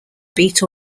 beat